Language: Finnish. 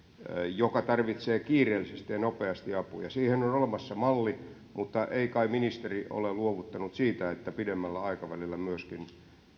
joka tarvitsee kiireellisesti ja nopeasti apuja siihen on olemassa malli mutta ei kai ministeri ole luovuttanut siinä että pidemmällä aikavälillä myöskin